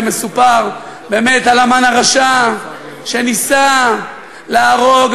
מסופר על המן הרשע שניסה להרוג,